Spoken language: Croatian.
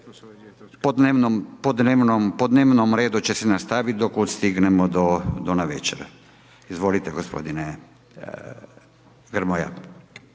po dnevnom redu će se nastaviti do kud stignemo do navečer. Izvolite gospodine Grmoja.